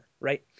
right